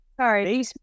sorry